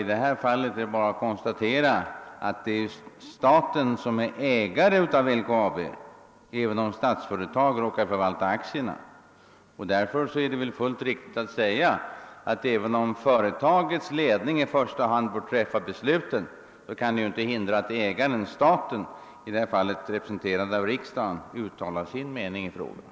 I det här fallet kan endast konstateras att det är staten som är ägare av LKAB — även om Statsföretag AB förvaltar aktierna — och därför är det fullt riktigt att säga att även om företagsledningen i första hand bör fatta besluten kan det inte hindra att ägaren-staten, representerad av riksdagen, uttalar sin mening i frågan.